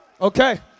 Okay